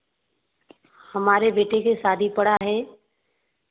हमारे बेटे के शादी पड़ा है